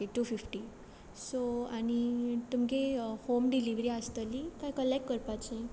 okay two fifty so आनी तुमगे home delivery आसतली कांय कलेक्ट करपाचें